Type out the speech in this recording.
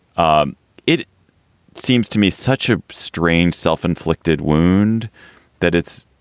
ah it seems to me such a strange self-inflicted wound that it's